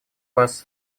вас